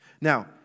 Now